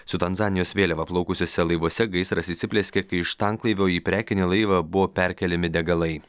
su tanzanijos vėliava plaukusiuose laivuose gaisras įsiplieskė kai iš tanklaivio į prekinį laivą buvo perkeliami degalai